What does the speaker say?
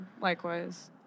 likewise